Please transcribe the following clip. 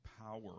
power